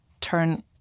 turn